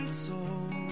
soul